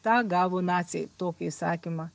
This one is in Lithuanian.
tą gavo naciai tokį įsakymą